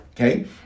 okay